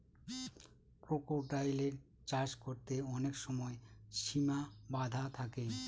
ক্রোকোডাইলের চাষ করতে অনেক সময় সিমা বাধা থাকে